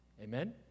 Amen